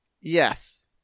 Yes